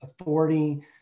authority